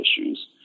issues